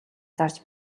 зарж